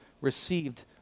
received